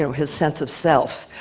his sense of self.